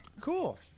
Cool